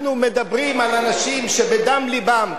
אנחנו מדברים על אנשים שבדם לבם,